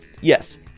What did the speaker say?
Yes